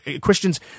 Christians